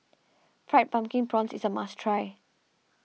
Fried Pumpkin Prawns is a must try